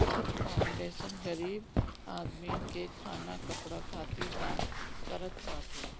foundation गरीब आदमीन के खाना कपड़ा खातिर दान करत बाटे